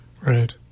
Right